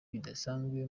bidasanzwe